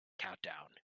countdown